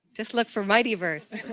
just look for mightyverse.